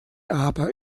aber